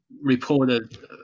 reported